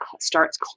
starts